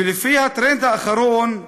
ולפי הטרנד האחרון,